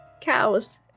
cows